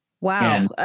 Wow